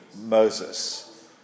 Moses